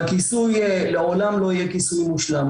הכיסוי לעולם לא יהיה כיסוי מושלם.